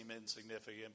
insignificant